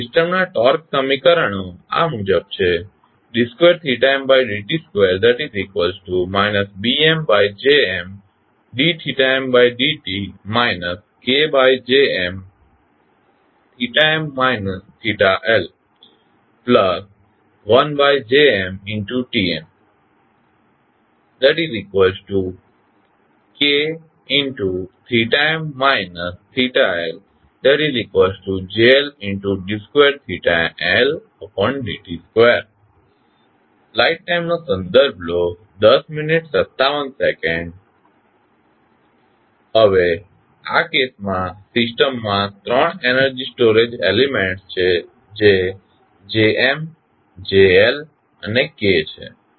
સિસ્ટમના ટોર્ક સમીકરણો આ મુજબ છે d 2md t 2 BmJmd mtd t KJmmt Lt1JmTmt Kmt LJLd 2Ld t 2 હવે આ કેસમાં સિસ્ટમમાં 3 એનર્જી સ્ટોરેજ એલીમેન્ટસ છે જે Jm JL અને K છે